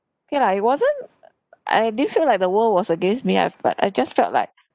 okay lah it wasn't I didn't feel like the world was against me I've but I just felt like